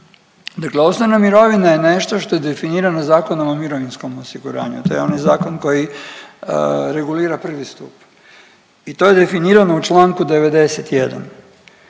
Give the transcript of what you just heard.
Dakle osnovna mirovina je nešto što je definirano Zakonom o mirovinskom osiguranju. To je onaj zakon koji regulira I. stup i to je definirano u čl. 91.